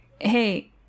hey